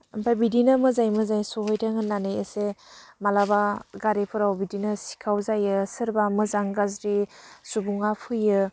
ओमफ्राय बिदिनो मोजाङै मोजाङै सहैथों होन्नानै एसे मालाबा गारिफोराव बिदिनो सिखाव जायो सोरबा मोजां गाज्रि सुबुङा फैयो